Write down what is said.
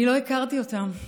אני לא הכרתי אותם,